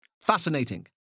fascinating